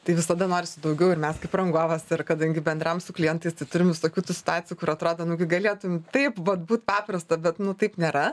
tai visada norisi daugiau ir mes kaip rangovas ir kadangi bendraujam su klientais tai turim visokių tų situacijų kur atrodo nugi galėtų taip vat būt paprasta bet nu taip nėra